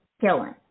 killing